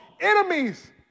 enemies